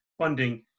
funding